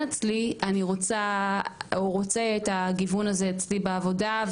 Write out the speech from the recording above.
אצלי אני רוצה את הגיוון הזה אצלי בעבודה.